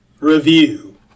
review